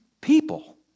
people